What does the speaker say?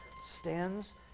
stands